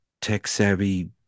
tech-savvy